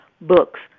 Books